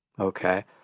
Okay